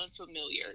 unfamiliar